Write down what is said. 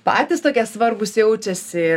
patys tokie svarbūs jaučiasi